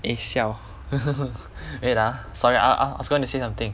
eh siao wait ah sorry I I I was going to say something